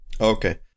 Okay